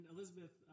Elizabeth